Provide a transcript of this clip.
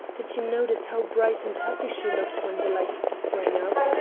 did you notice how bright and happy she looked when the lights sprang up?